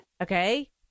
okay